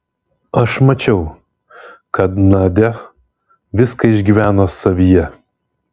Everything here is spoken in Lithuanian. aš mačiau kad nadia viską išgyveno savyje